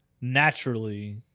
naturally